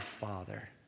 Father